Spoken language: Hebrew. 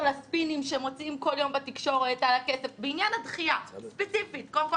מעבר לספינים שמוציאים כל יום בתקשורת על הכסף קודם כל,